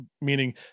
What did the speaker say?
meaning